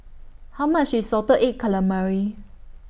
How much IS Salted Egg Calamari